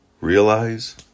realize